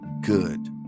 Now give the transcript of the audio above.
good